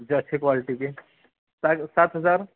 جی اچھی کوالٹی کی سات سات ہزار